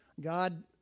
God